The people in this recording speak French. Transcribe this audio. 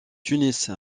tunis